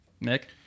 Nick